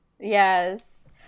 Yes